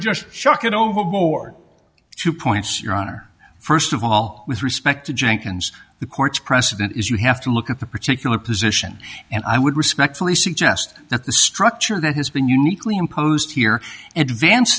just shock it overboard two points your honor first of all with respect to jenkins the court's precedent is you have to look at the particular position and i would respectfully suggest that the structure that has been uniquely imposed here